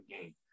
game